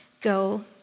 go